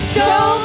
Show